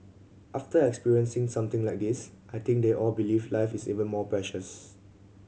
after experiencing something like this I think they all believe life is even more precious